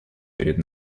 перед